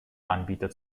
anbieter